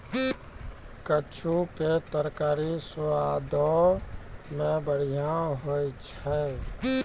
कद्दू के तरकारी स्वादो मे बढ़िया होय छै